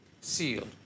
sealed